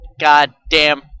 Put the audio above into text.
goddamn